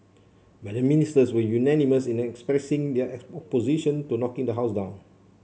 but the Ministers were unanimous in expressing their opposition to knocking the house down